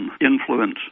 influence